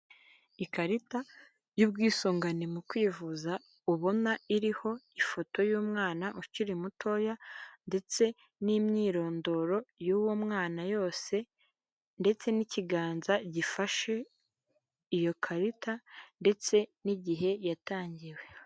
Ikarita y'ubwisungane mu kwivuza ubona iriho ifoto y'umwana ukiri mutoya ndetse n'imyirondoro y'uwo mwana yose ndetse n'ikiganza gifashe iyo karita ndetse n'igihe yatangiwe.